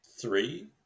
Three